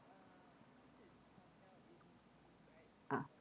ah